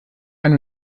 ein